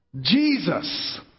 Jesus